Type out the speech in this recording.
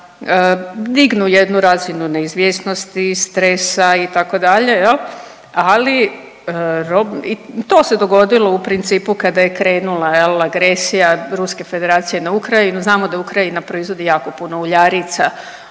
dignu jednu razinu neizvjesnosti, stresa itd. jel, ali ro… i to se dogodilo u principu kada je krenula jel agresija Ruske Federacije na Ukrajinu, znamo da Ukrajina proizvodi jako puno uljarica,